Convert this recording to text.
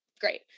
Great